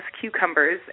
cucumbers